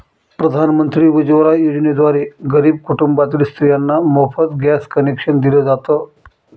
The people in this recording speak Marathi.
प्रधानमंत्री उज्वला योजनेद्वारे गरीब कुटुंबातील स्त्रियांना मोफत गॅस कनेक्शन दिल जात